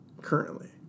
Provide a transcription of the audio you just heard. currently